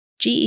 GE